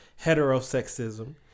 heterosexism